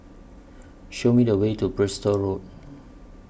Show Me The Way to Bristol Road